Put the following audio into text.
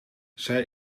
zij